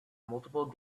multiple